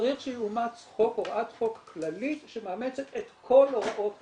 צריך שתאומץ הוראת חוק כללית שמאמצת את כל הוראות האמנה,